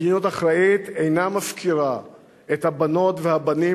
מדיניות אחראית אינה מפקירה את הבנות והבנים